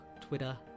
Twitter